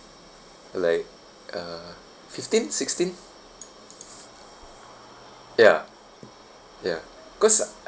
like uh fifteen sixteen ya ya cause ah